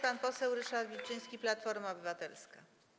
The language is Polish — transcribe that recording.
Pan poseł Ryszard Wilczyński, Platforma Obywatelska.